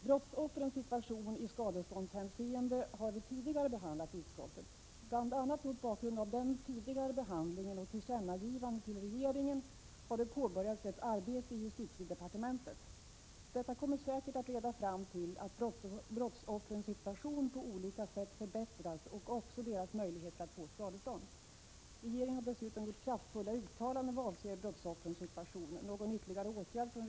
Brottsoffrens situation i skadeståndshänseende har vi tidigare behandlat i utskottet. Bl. a. mot bakgrund av den tidigare behandlingen och tillkännagivanden till regeringen har det påbörjats ett arbete i justitiedepartementet. Detta kommer säkert att leda fram till att brottsoffrens situation och även — Prot. 1987/88:31 deras möjligheter att få skadestånd förbättras på olika sätt. Regeringen har 25 november 1987 dessutom gjort kraftfulla uttalanden vad avser brottsoffrens situation. Någon.